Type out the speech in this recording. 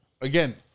Again